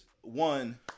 one